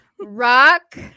Rock